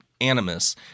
animus